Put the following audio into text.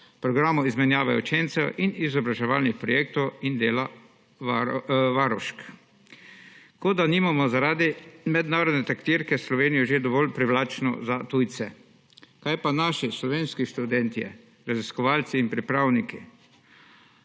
programov izmenjave učencev in izobraževalnih projektov in dela varušk. Kot da nimamo zaradi mednarodne taktirke Slovenijo že dovolj privlačno za tujce. Kaj pa naši, slovenski študentje, raziskovalci in pripravniki?